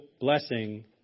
blessing